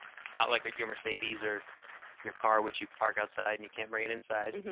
not like your mercedes or your car which you park outside and you can't bring it inside.